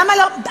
למה לא,